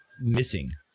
missing